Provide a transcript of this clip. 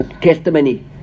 testimony